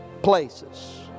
Places